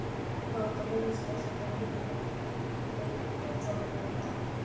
गवताला दुसऱ्या शेतात घेऊन जाताना बेल लिफ्टरचा उपयोग करा